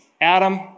Adam